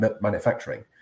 manufacturing